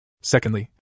Secondly